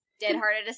dead-hearted